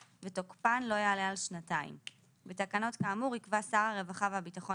ותוקפן לא יעלה על שנתיים; בתקנות כאמור יקבע שר הרווחה והביטחון